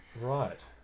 Right